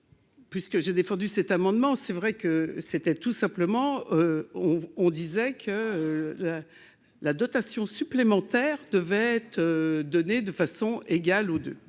Puisque j'ai défendu cet amendement, c'est vrai que c'était tout simplement, on disait que la dotation supplémentaire devait être donné de façon égale ou de